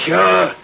Sure